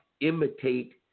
imitate